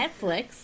Netflix